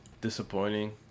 disappointing